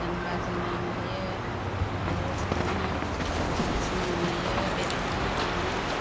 गान बाजाना नायो बबावबा बबावबा थाङो सिनेमा नायो बेराय हैनो मोजां मोनो